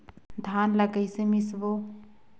धान ला कइसे मिसबो?